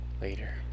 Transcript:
later